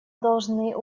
должны